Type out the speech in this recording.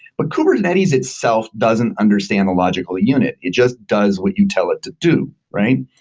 but kubernetes itself doesn't understand the logical unit. it just does what you tell it to do, right?